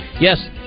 Yes